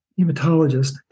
hematologist